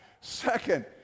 Second